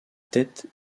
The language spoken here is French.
tête